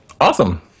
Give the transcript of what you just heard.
Awesome